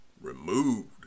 removed